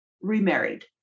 remarried